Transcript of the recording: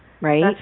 Right